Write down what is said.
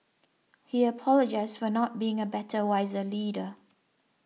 he apologised for not being a better wiser leader